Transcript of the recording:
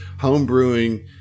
homebrewing